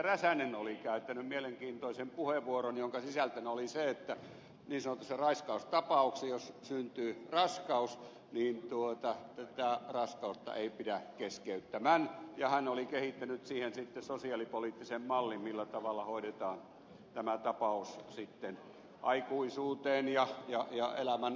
räsänen oli käyttänyt mielenkiintoisen puheenvuoron jonka sisältönä oli se että jos niin sanotussa raiskaustapauksessa syntyy raskaus niin tätä raskautta ei pidä keskeyttämän ja hän oli kehittänyt siihen sitten sosiaalipoliittisen mallin millä tavalla hoidetaan tämä tapaus sitten aikuisuuteen ja elämän päättymiseen saakka